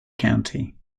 county